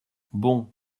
bon